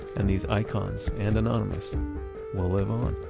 and these icons and anonymous will live on